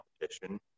competition